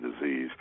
disease